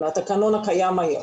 מהתקנון הקיים היום.